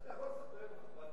אתה יכול לספר, מה אכפת לך,